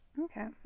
okay